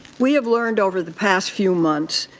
we have learned over the past few months,